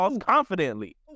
confidently